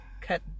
cut